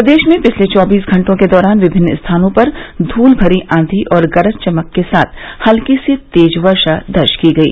प्रदेश में पिछले चौबीस घंटों के दौरान विभिन्न स्थानों पर ध्रल भरी आंधी और गरज चमक के साथ हल्की से तेज वर्षा दर्ज की गई